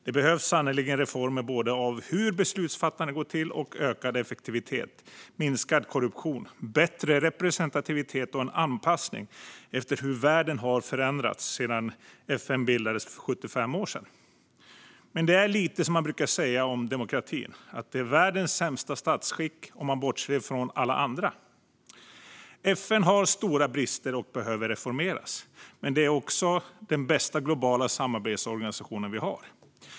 Det behövs sannerligen reformer både när det gäller hur beslutsfattande går till och ökad effektivitet, minskad korruption, bättre representativitet och en anpassning efter hur världen har förändrats sedan FN bildades för 75 år sedan. Men det är lite som man brukar säga om demokratin, att det är världens sämsta statsskick - om man bortser från alla andra. FN har stora brister och behöver reformeras, men det är den bästa globala samarbetsorganisation vi har.